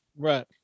Right